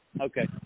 Okay